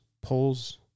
pulls